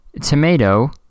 tomato